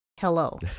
Hello